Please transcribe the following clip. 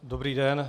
Dobrý den.